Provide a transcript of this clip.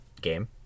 game